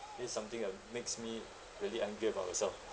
this is something that makes me really angry about myself